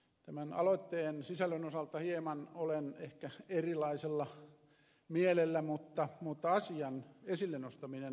tämän aloitteen sisällön osalta hieman olen ehkä erilaisella mielellä mutta asian esille nostaminen on tärkeää